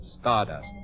Stardust